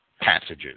passages